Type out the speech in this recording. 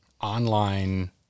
online